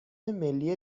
ملی